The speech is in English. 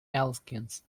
elkins